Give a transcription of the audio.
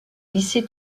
lycée